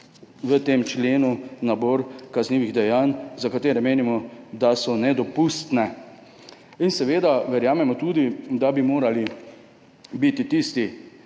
v tem členu nabor kaznivih dejanj, za katera menimo, da so nedopustna. Verjamemo tudi, da bi morali biti tisti